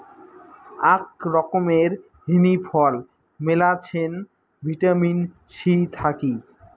আক রকমের হিনি ফল মেলাছেন ভিটামিন সি থাকি